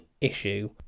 issue